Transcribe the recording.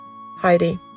Heidi